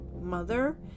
mother